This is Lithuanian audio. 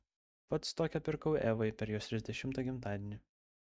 pats tokią pirkau evai per jos trisdešimtą gimtadienį